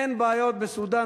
אין בעיות בסודן,